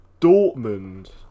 Dortmund